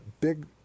big